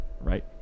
Right